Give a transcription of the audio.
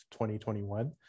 2021